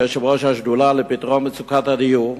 כיושב-ראש השדולה לפתרון מצוקת הדיור,